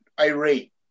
irate